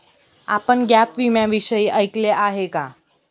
आपण गॅप विम्याविषयी ऐकले आहे का?